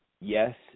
yes